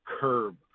curb